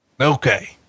Okay